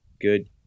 good